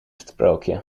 sprookje